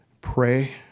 pray